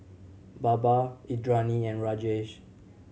Baba Indranee and Rajesh